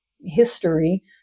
history